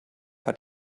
hat